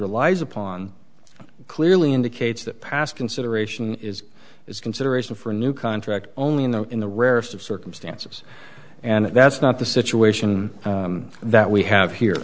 relies upon clearly indicates that past consideration is its consideration for a new contract only in the in the rarest of circumstances and that's not the situation that we have here